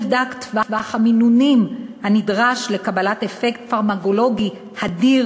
נבדק טווח המינונים הנדרש לקבלת אפקט פרמקולוגי הָדיר